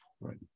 Right